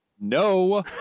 No